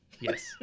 Yes